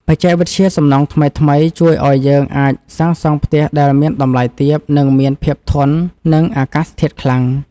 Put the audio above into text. បច្ចេកវិទ្យាសំណង់ថ្មីៗជួយឱ្យយើងអាចសាងសង់ផ្ទះដែលមានតម្លៃទាប និងមានភាពធន់នឹងអាកាសធាតុខ្លាំង។